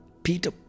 Peter